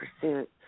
percent